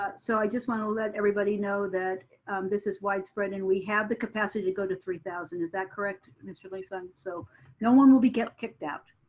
but so i just wanna let everybody know that this is widespread and we have the capacity to go to three thousand. is that correct mr. lee-sung? so no one will be getting kicked out.